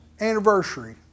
anniversary